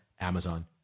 Amazon